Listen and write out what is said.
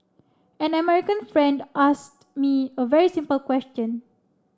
an American friend asked me a very simple question